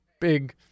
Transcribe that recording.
big